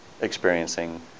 experiencing